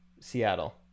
Seattle